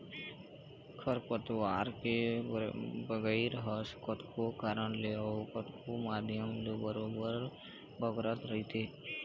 खरपतवार के बगरई ह कतको कारन ले अउ कतको माध्यम ले बरोबर बगरत रहिथे